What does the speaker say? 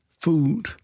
food